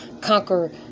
conquer